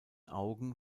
augen